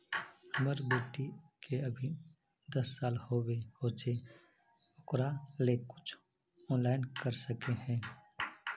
हमर बेटी के अभी दस साल होबे होचे ओकरा ले कुछ ऑनलाइन कर सके है?